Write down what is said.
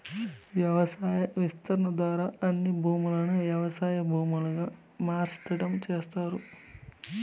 వ్యవసాయ విస్తరణ ద్వారా అన్ని భూములను వ్యవసాయ భూములుగా మార్సటం చేస్తారు